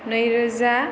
नै रोजा